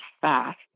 fast